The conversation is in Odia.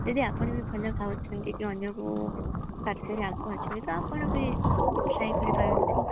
ଯଦି ଆପଣ ଭଲ ବି ଭଲ ଗାଉଛନ୍ତି କି ଅନ୍ୟକୁ ଆଗୁଆ ଅଛନ୍ତି ଆପଣ ବି କରିପାରନ୍ତି